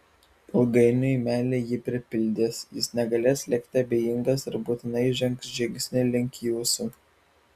ilgainiui meilė jį pripildys jis negalės likti abejingas ir būtinai žengs žingsnį link jūsų